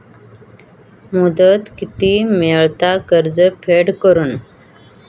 मुदत किती मेळता कर्ज फेड करून?